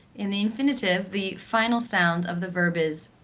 in the infinitive, the final sound of the verb is